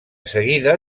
seguida